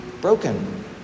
broken